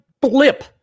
blip